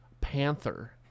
Panther